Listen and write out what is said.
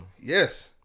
Yes